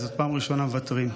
זאת פעם ראשונה, מוותרים.